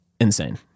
insane